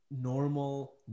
normal